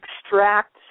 extract